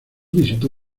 visitó